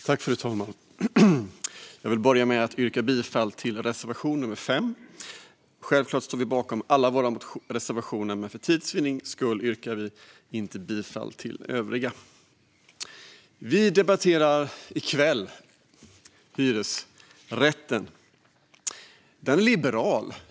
Fru talman! Jag vill börja med att yrka bifall till reservation 5. Självklart står vi bakom alla våra reservationer, men för tids vinning yrkar vi inte bifall till de övriga. Vi debatterar i kväll hyresrätten. Hyresrätten är liberal.